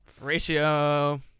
ratio